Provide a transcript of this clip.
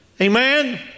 Amen